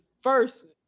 First